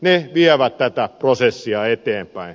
ne vievät tätä prosessia eteenpäin